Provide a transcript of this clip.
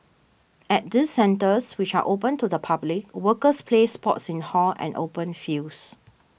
at these centres which are open to the public workers play sports in halls and open fields